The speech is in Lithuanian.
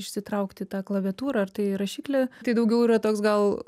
išsitraukti tą klaviatūrą ar tai rašiklį tai daugiau yra toks gal